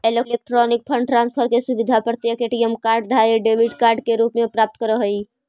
electronic fund transfer के सुविधा प्रत्येक ए.टी.एम कार्ड धारी डेबिट कार्ड के रूप में प्राप्त करऽ हइ